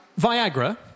Viagra